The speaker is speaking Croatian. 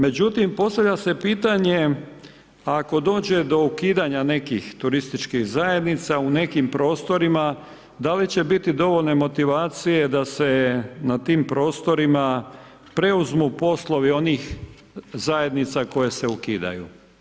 Međutim, postavlja se pitanje ako dođe do ukidanja nekih turističkih zajednica u nekim prostorima da li će biti dovoljne motivacije da se na tim prostorima preuzmu poslovi onih zajednica koje se ukidaju.